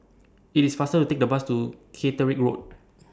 IT IS faster to Take The Bus to Caterick Road